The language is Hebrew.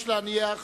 יש להניח,